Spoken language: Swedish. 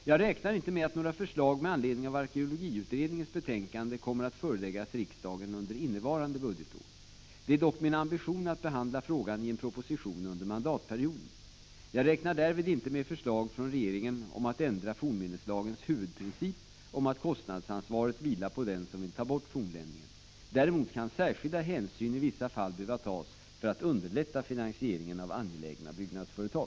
Jag räknar inte med att några förslag med anledning av arkeologiutredningens betänkande kommer att föreläggas riksdagen under innevarande budgetår. Det är dock min ambition att behandla frågan i en proposition under mandatperioden. Jag räknar därvid inte med förslag från regeringen om att ändra fornminneslagens huvudprincip om att kostnadsansvaret vilar på den som vill ta bort fornlämningen. Däremot kan särskilda hänsyn i vissa fall behöva tas för att underlätta finansieringen av angelägna byggnadsföretag.